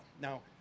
Now